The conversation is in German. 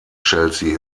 chelsea